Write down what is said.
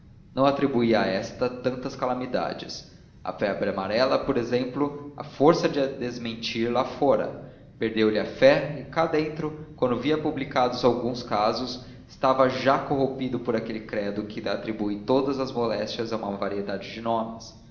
não atribuía a esta tantas calamidades a febre amarela por exemplo à força de a desmentir lá fora perdeu lhe a fé e cá dentro quando via publicados alguns casos estava já corrompido por aquele credo que atribui todas as moléstias a uma variedade de nomes